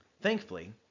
thankfully